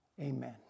amen